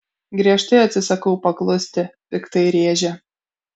griežtai atsisakau paklusti piktai rėžia